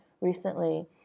recently